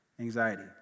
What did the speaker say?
Anxiety